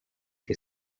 che